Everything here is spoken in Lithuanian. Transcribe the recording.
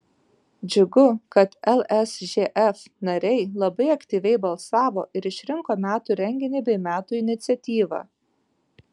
džiugu kad lsžf nariai labai aktyviai balsavo ir išrinko metų renginį bei metų iniciatyvą